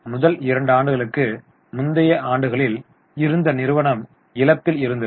முதல் 2 ஆண்டுகளுக்கு முந்தைய ஆண்டுகளில் இருந்த நிறுவனம் இழப்பில் இருந்தது